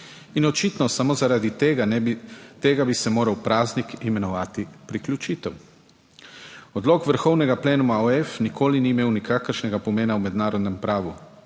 in očitno samo, zaradi tega bi se moral praznik imenovati priključitev. Odlok vrhovnega plenuma OEF nikoli ni imel nikakršnega pomena v mednarodnem pravu,